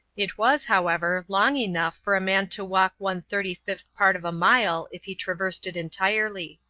it was, however, long enough for man to walk one thirty-fifth part of a mile if he traversed it entirely.